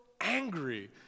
angry